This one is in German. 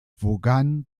vaughan